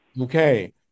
Okay